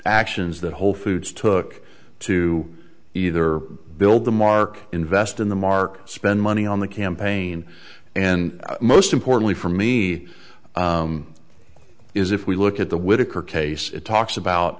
actions that wholefoods took to either build the mark invest in the mark spend money on the campaign and most importantly for me is if we look at the whittaker case it talks about